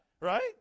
Right